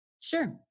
Sure